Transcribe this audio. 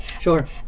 sure